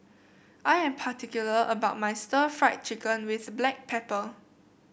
I am particular about my Stir Fried Chicken with Black Pepper